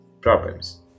problems